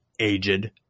Aged